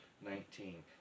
Nineteen